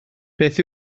beth